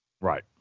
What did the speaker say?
Right